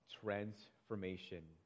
transformation